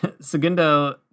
segundo